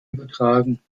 übertragen